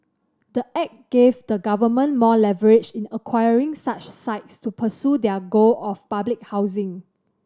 the act gave the government more leverage in acquiring such sites to pursue their goal of public housing